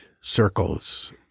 circles